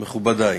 מכובדי,